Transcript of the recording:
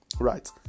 right